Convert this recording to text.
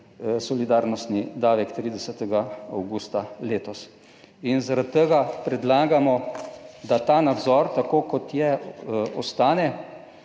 solidarnostni davek 30. avgusta letos. Zaradi tega predlagamo, da ta nadzor tako, kot je, ostane.